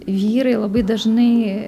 vyrai labai dažnai